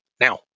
Now